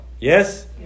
Yes